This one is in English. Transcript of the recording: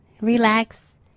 Relax